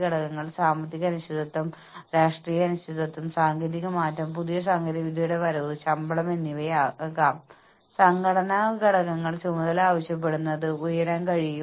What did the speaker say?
അതിനാൽ അവ ആത്മനിഷ്ഠവും ഏകപക്ഷീയവുമാകാം പുതിയ സംഭവവികാസങ്ങൾക്കൊപ്പം ജോലികൾ കൂടുതൽ വിശാലമായി നിർവചിക്കപ്പെടുകയും സാമാന്യവൽക്കരിക്കപ്പെടുകയും ചെയ്യും